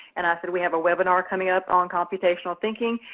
and i said we have a webinar coming up on computational thinking.